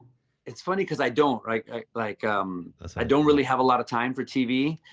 it's funny, because i don't. like like um i don't really have a lot of time for tv,